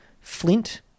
flint